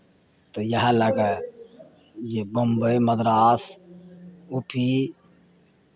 तऽ इएह लए कऽ जे बम्बइ मद्रास यू पी